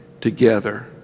together